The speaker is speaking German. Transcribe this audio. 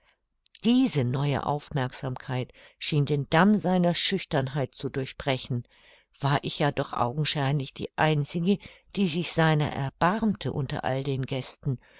diese neue aufmerksamkeit schien den damm seiner schüchternheit zu durchbrechen war ich ja doch augenscheinlich die einzige die sich seiner erbarmte unter all den gästen